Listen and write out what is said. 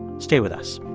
stay with us